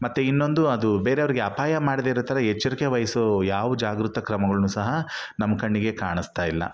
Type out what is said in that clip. ಮತ್ತೆ ಇನ್ನೊಂದು ಅದು ಬೇರೆಯವ್ರಿಗೆ ಅಪಾಯ ಮಾಡದೇ ಇರೋ ಥರ ಎಚ್ಚರಿಕೆ ವಹಿಸೋ ಯಾವ ಜಾಗೃತ ಕ್ರಮಗಳನ್ನೂ ಸಹ ನಮ್ಮ ಕಣ್ಣಿಗೆ ಕಾಣಿಸ್ತಾಯಿಲ್ಲ